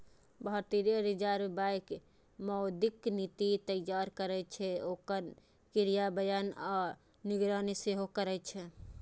भारतीय reserve bank मौद्रिक नीति तैयार करै छै, ओकर क्रियान्वयन आ निगरानी सेहो करै छै